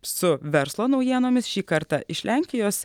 su verslo naujienomis šį kartą iš lenkijos